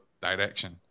direction